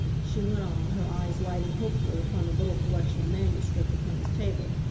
she went on, her eyes lighting hopefully upon the little collection of manuscript upon his table,